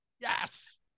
Yes